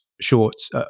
shorts